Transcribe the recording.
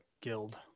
Guild